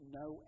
no